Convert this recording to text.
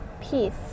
peace